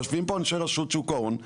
יושבים פה אנשי רשות שוק ההון.